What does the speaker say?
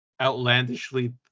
outlandishly